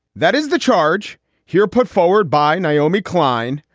that is the charge here put forward by naomi klein,